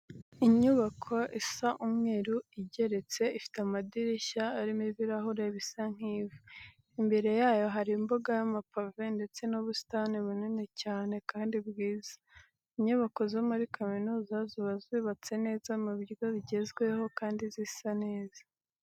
Ni inyubako isa umweru igeretse, ifite amadirishya arimo ibirahure bisa nk'ivu. Imbere yayo hari umbuga y'amapave ndetse n'ubusitani bunini cyane kandi bwiza. Inyubako zo muri kaminuza ziba zubatse neza mu buryo bugezweho kandi zisa neza.